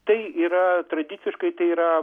tai yra tradiciškai tai yra